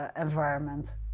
environment